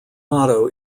motto